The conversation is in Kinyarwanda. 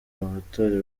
abatari